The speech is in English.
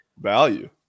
value